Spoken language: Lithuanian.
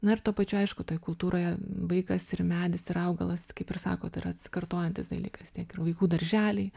na ir tuo pačiu aišku toj kultūroje vaikas ir medis ir augalas kaip ir sakot yra atsikartojantis dalykas tiek ir vaikų darželiai